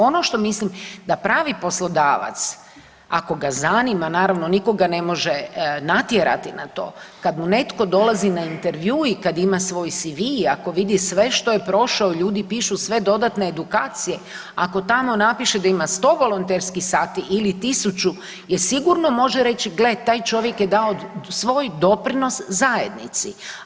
Ono što mislim da pravi poslodavac ako ga zanima naravno niko ga ne može natjerati na to, kad mu netko dolazi na intervju i kad ima svoj CV i ako vidi sve što je prošao, ljudi pišu sve dodatne edukacije ako tamo napiše da ima 100 volonterskih sati ili 1000 je sigurno može reći gle taj čovjek je dao svoj doprinos zajednici.